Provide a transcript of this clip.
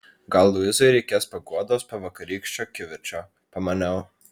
gal luizai reikės paguodos po vakarykščio kivirčo pamaniau